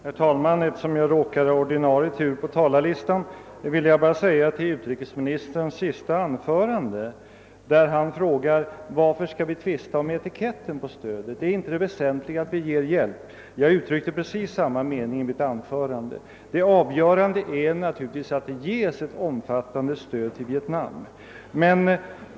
Herr talman! Eftersom det råkar vara min ordinarie tur på talarlistan, vill jag säga några ord i anslutning till utrikesministerns senaste anförande. Utrikesministern frågar varför vi skall tvista om etiketten och om inte det väsentliga är att vi ger hjälp till Vietnam. Jag uttryckte precis samma mening i mitt tidigare inlägg. Det avgörande är naturligtvis att det ges ett omfattande stöd till Vietnam.